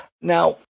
Now